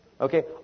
okay